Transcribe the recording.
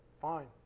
fine